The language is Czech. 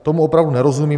Tomu opravdu nerozumím.